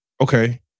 okay